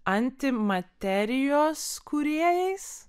antimaterijos kūrėjais